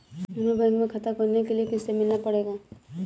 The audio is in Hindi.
हमे बैंक में खाता खोलने के लिए किससे मिलना पड़ेगा?